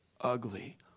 ugly